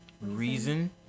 reason